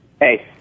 Hey